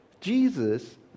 Jesus